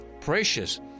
precious